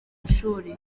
ishuri